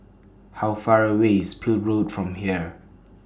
How Far away IS Peel Road from here